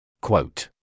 Quote